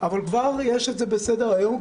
אבל כבר זה נמצא על סדר היום,